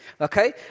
okay